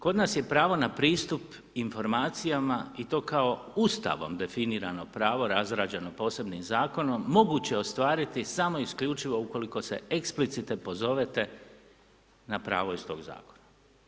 Kod nas je pravo na pristup informacijama i to kao Ustavom definirano pravo razrađeno posebnim Zakonom, moguće ostvariti samo isključivo ukoliko se eksplicite pozovete na pravo iz tog Zakona.